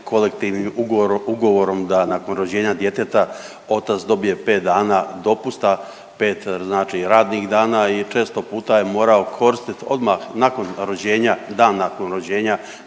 kolektivni ugovorom da nakon rođenja djeteta otac dobije 5 dana dopusta, 5 znači radnih dana i često puta je morao koristiti odmah nakon rođenja, dan nakon rođenja